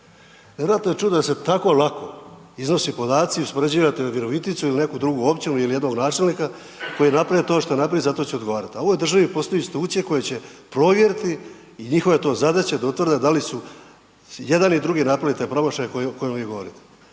Nevjerojatno je čut da se tako lako iznose podaci i uspoređivate Viroviticu il neku drugu općinu il jednog načelnika koji je napravio to što je napravio i za to će odgovarati, a u ovoj državi postoje institucije koje će provjeriti i njihova je to zadaća da utvrde da li jedan i drugi napravili te promašaje o kojima vi govorite.